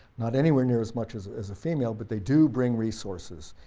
not anywhere near as much as as a female but they do bring resources.